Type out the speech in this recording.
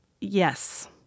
Yes